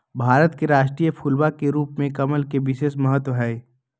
भारत के राष्ट्रीय फूलवा के रूप में कमल के विशेष महत्व हई